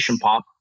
Pop